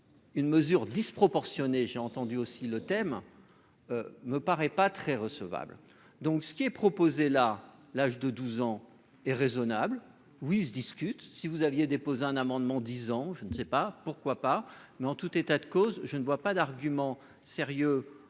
une mesure disproportionnée, j'ai entendu aussi le thème me paraît pas très recevable, donc ce qui est proposé là l'âge de 12 ans et raisonnable, oui je discute si vous aviez déposé un amendement disant je ne sais pas pourquoi pas mais en tout état de cause, je ne vois pas d'arguments sérieux